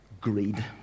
greed